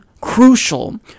crucial